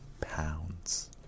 pounds